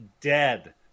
dead